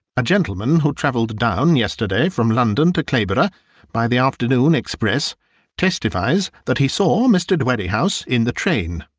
a gentleman who travelled down yesterday from london to clayborough by the afternoon express testifies that he saw mr. dwerrihouse in the train,